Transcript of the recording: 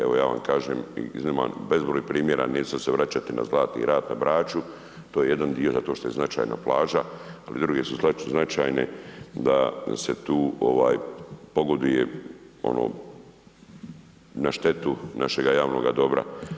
Evo ja vam kažem i ... bezbroj primjera, neću će sad vraćati na Zlatni rat na Braču, to je jedan dio zato što je značajna plaža ali i druge su značajne da se tu pogoduje na štetu našega javnoga dobra.